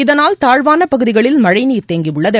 இதனால் தாழ்வான பகுதிகளில் மழைநீர் தேங்கியுள்ளது